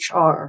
HR